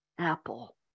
apple